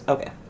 Okay